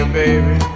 baby